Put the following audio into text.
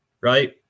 right